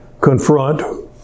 Confront